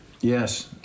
yes